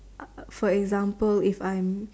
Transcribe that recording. for example if I'm